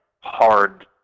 hard